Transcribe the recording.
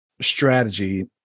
strategy